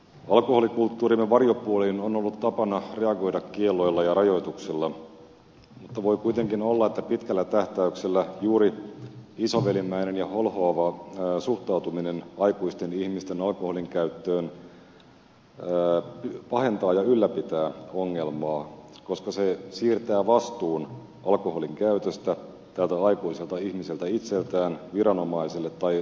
alkoholikulttuurimme varjopuoliin on ollut tapana reagoida kielloilla ja rajoituksilla mutta voi kuitenkin olla että pitkällä tähtäyksellä juuri isovelimäinen ja holhoava suhtautuminen aikuisten ihmisten alkoholinkäyttöön pahentaa ja ylläpitää ongelmaa koska se siirtää vastuun alkoholinkäytöstä tältä aikuiselta ihmiseltä itseltään viranomaiselle tai ravintolahenkilökunnalle